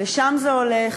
לשם זה הולך,